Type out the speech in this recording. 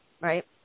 right